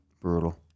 Brutal